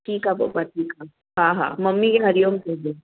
ठीकु आहे पोइ बस ठीकु आहे ममी खे हरिओम चइजो